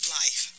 life